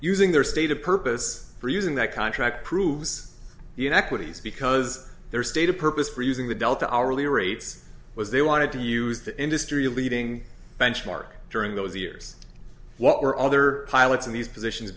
using their stated purpose for using that contract proves the inequities because their stated purpose for using the delta hourly rates was they wanted to use the industry leading benchmark during those years what were other pilots in these positions